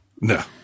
No